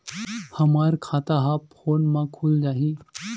हमर खाता ह फोन मा खुल जाही?